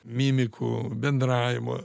mimikų bendravimo